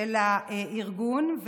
של הארגון.